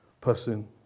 person